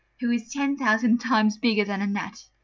who is ten thousand times bigger than a gnat.